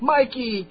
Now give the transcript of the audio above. Mikey